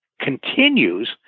continues